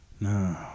No